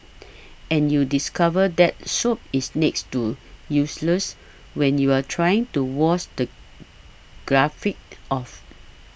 and you discover that soap is next to useless when you're trying to wash the graphite off